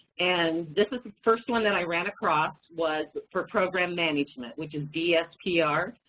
and this is the first one that i ran across, was for program management, which is dspr.